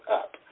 up